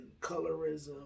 colorism